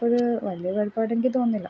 ഒരു വലിയ കുഴപ്പമായിട്ടെനിക്ക് തോന്നുന്നില്ല